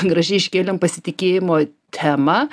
gražiai iškėlėm pasitikėjimo temą